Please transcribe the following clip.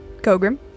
Kogrim